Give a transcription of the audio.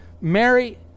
Mary